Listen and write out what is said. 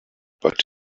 but